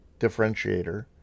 differentiator